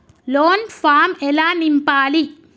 Loan form ఎలా నింపాలి?